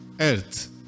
earth